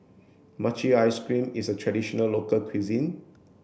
Mochi Ice Cream is a traditional local cuisine